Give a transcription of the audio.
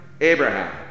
Abraham